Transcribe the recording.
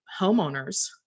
homeowners